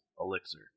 elixir